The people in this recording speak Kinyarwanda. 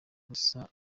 gusa